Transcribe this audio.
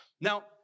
Now